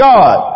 God